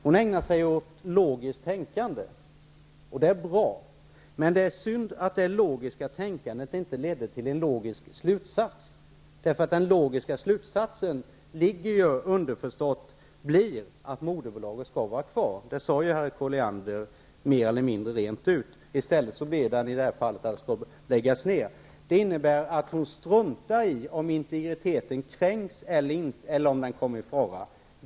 Hon ägnar sig åt logiskt tänkande. Det är bra. Men det är synd att det logiska tänkandet inte leder till en logisk slutsats. Den underförstådda logiska slutsatsen blir ju att moderbolaget skall vara kvar. Det sade Harriet Colliander mer eller mindre rent ut. Men i stället skall det läggas ned. Det innebär att hon struntar i om integriteten kränks eller om den kommer i fara.